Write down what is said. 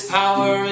power